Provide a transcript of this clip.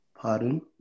Pardon